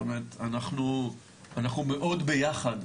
אנחנו מאוד ביחד,